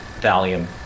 thallium